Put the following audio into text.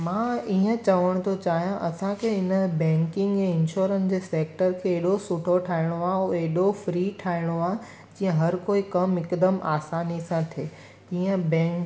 मां इअं चवणु थो चाहियां असांखे हिन बैंकिंग जे इंशोरेंस जे सेक्टर खे एॾो सुठो ठाहिणो आहे ऐं एॾो फ्री ठाहिणो आहे जीअं हर कोई कमु हिकदमि आसानी सां थिए इअं बैंक